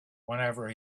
whenever